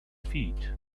feet